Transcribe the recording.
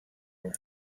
him